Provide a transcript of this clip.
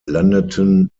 landeten